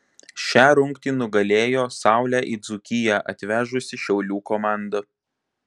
šią rungtį nugalėjo saulę į dzūkiją atvežusi šiaulių komanda